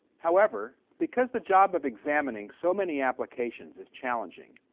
however, because the job of examining so many applications is challenging,